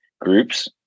groups